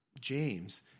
James